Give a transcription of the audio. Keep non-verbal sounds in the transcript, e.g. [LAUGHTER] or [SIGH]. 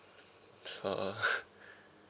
oh oh [LAUGHS]